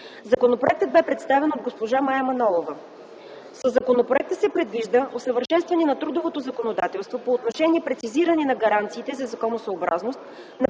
Законопроектът бе представен от госпожа Мая Манолова. Със законопроекта се предвижда усъвършенстване на трудовото законодателство по отношение прецизиране на гаранциите за законосъобразност